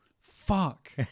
Fuck